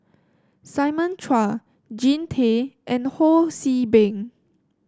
Simon Chua Jean Tay and Ho See Beng